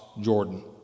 Jordan